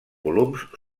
volums